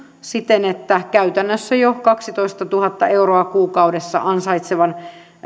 siten että käytännössä jo kaksitoistatuhatta euroa kuukaudessa ansaitsevan